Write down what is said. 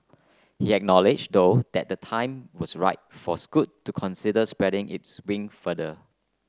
he acknowledged though that the time was right for scoot to consider spreading its wing further